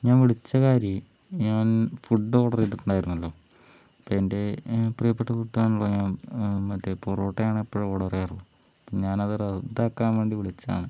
ഞാൻ വിളിച്ച കാര്യം ഞാൻ ഫുഡ് ഓർഡർ ചെയ്തിട്ടുണ്ടായിരുന്നല്ലോ അപ്പോൾ എന്റെ പ്രിയപ്പെട്ട ഫുഡ് ആണല്ലോ ഞാൻ മറ്റേ പൊറോട്ടയാണ് എപ്പഴും ഓർഡർ ചെയ്യാറ് അപ്പോൾ ഞാനത് റദ്ദാക്കാൻ വേണ്ടി വിളിച്ചാണ്